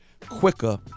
quicker